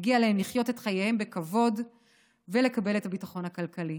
מגיע להם לחיות את חייהם בכבוד ולקבל את הביטחון הכלכלי.